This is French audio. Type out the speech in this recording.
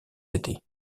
étés